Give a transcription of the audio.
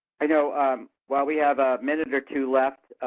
i know while we have a minute or two left,